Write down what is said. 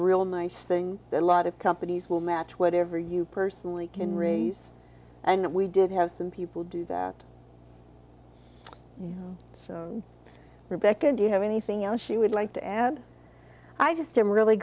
real nice thing that a lot of companies will match whatever you personally can raise and we did have some people do that so rebecca do you have anything else she would like to add i just i'm really